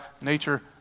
nature